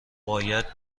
باید